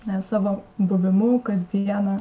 nes savo buvimu kasdieną